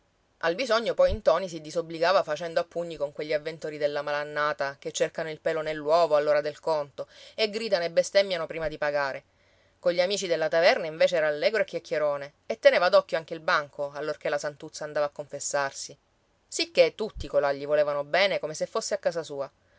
al bisogno poi ntoni si disobbligava facendo a pugni con quegli avventori della malannata che cercano il pelo nell'uovo all'ora del conto e gridano e bestemmiano prima di pagare cogli amici della taverna invece era allegro e chiacchierone e teneva d'occhio anche il banco allorché la santuzza andava a confessarsi sicché tutti colà gli volevano bene come se fosse a casa sua